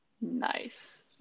Nice